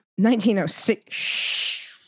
1906